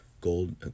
Gold